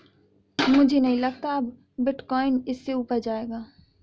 मुझे नहीं लगता अब बिटकॉइन इससे ऊपर जायेगा